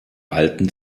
alten